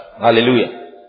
Hallelujah